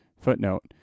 Footnote